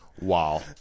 Wow